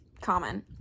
common